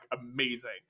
amazing